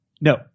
No